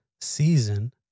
season